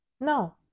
no